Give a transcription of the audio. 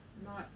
not